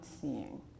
seeing